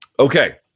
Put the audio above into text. Okay